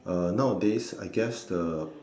uh nowadays I guess the